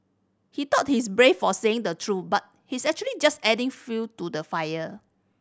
he thought he's brave for saying the truth but he's actually just adding fuel to the fire